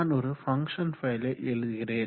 நான் ஒரு ஃபங்ஷன் ஃபைலை எழுதுகிறேன்